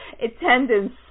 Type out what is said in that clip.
attendance